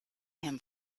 him